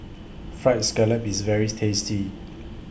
Fried Scallop IS very tasty